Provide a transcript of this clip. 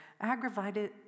aggravated